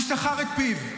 הוא סכר את פיו.